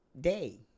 day